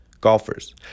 golfers